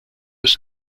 was